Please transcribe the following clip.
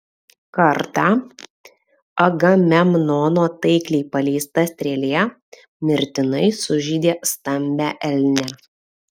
kartą agamemnono taikliai paleista strėlė mirtinai sužeidė stambią elnę